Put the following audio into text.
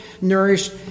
nourished